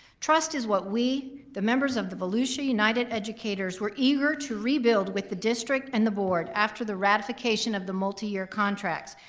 trust is what we, the members of the volusia united educators, were eager to rebuild with the district and the board after the ratification of the multi-year contracts.